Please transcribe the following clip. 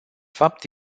fapt